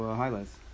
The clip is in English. highlights